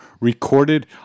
recorded